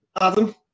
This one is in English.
Adam